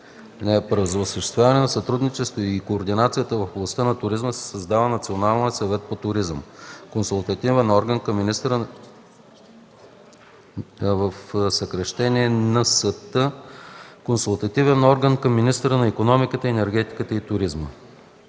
7. (1) За осъществяване на сътрудничеството и координацията в областта на туризма се създава Национален съвет по туризъм (НСТ) – консултативен орган към министъра на икономиката, енергетиката и туризма.